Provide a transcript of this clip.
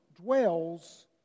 dwells